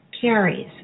carries